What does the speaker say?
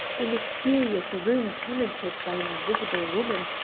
a mysterious room tenanted by an invisible woman,